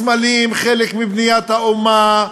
סמלים הם חלק מבניית האומה,